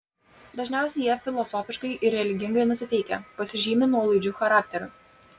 dažniausiai jie filosofiškai ir religingai nusiteikę pasižymi nuolaidžiu charakteriu